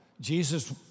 Jesus